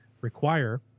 require